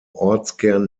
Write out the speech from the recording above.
ortskern